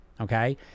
okay